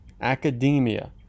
academia